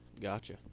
Gotcha